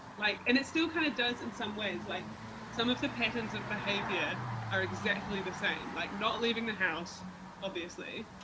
like and it still kind of does in some ways, like some of the patterns of behaviour are exactly the same. like not leaving the house obviously,